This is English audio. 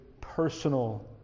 personal